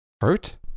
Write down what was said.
hurt